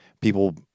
people